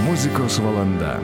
muzikos valanda